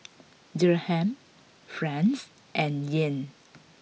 Dirham Franc and Yen